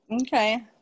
Okay